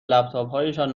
لپتاپهایشان